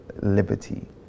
liberty